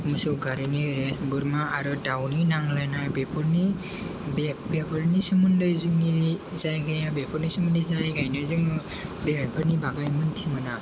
मोसौ गारिनि रेस बोरमा आरो दाउनि नांलायनाय बेफोरनि बे बेफोरनि सोमोन्दै जोंनि जायगाया बेफोरनि सोमोन्दै जायगायैनो जोङो बेफोरनि बागै मोन्थिमोना